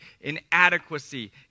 inadequacy